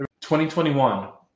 2021